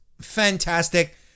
fantastic